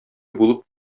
булып